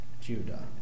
Judah